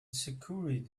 secured